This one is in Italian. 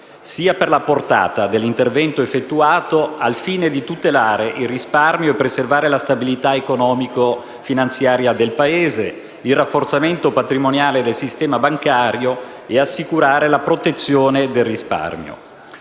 sia per la portata dell'intervento effettuato: «al fine di tutelare il risparmio e preservare la stabilità economico-finanziaria del Paese, il rafforzamento patrimoniale del sistema bancario e assicurare la protezione del risparmio».